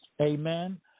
Amen